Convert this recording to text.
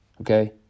okay